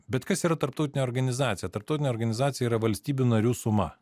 bet kas yra tarptautinė organizacija tarptautinė organizacija yra valstybių narių suma